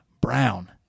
Brown